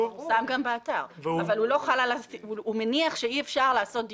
הוא מפורסם גם באתר.